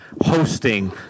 hosting